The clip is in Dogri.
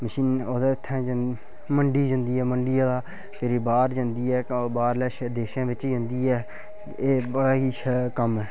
मशीनां औह्दे उत्थै मंडी गी जंदी ऐ मंडिया दा फिरी बाह्र जंदी ऐ बाह्रले देशें च जंदी ऐ एह् बड़ा गै शेल कम्म ऐ